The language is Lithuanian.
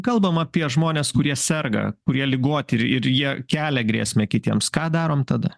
kalbam apie žmones kurie serga kurie ligoti ir ir jie kelia grėsmę kitiems ką darom tada